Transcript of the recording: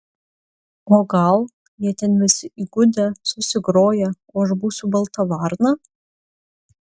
o gal jie ten visi įgudę susigroję o aš būsiu balta varna